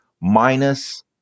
minus